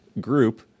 group